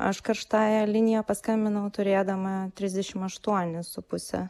aš karštąja linija paskambinau turėdama trisdešimt aštuonis su puse